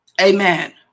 Amen